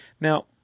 Now